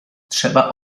trzeba